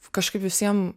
kažkaip visiem